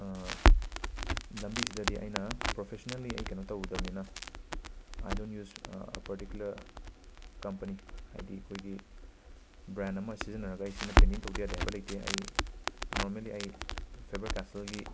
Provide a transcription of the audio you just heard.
ꯂꯝꯕꯤꯁꯤꯗꯗꯤ ꯑꯩꯅ ꯄ꯭ꯔꯣꯐꯦꯁꯅꯦꯜꯂꯤ ꯑꯩ ꯀꯩꯅꯣ ꯇꯧꯔꯨꯗꯕꯅꯤꯅ I don't use particular company ꯍꯥꯏꯗꯤ ꯑꯩꯈꯣꯏꯒꯤ ꯕ꯭ꯔꯦꯟ ꯑꯃ ꯁꯤꯖꯤꯟꯅꯔꯒ ꯑꯩ ꯁꯤꯅ ꯄꯦꯅꯤꯡ ꯇꯧꯗ ꯌꯥꯗꯦ ꯍꯥꯏꯕ ꯂꯩꯇꯦ ꯑꯩ ꯅꯣꯔꯃꯦꯜꯂꯤ ꯑꯩ ꯐꯦꯕꯔ ꯀꯦꯁꯜꯒꯤ